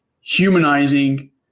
humanizing